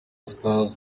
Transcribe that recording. stars